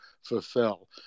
fulfill